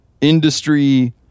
industry